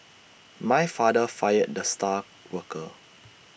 my father fired the star worker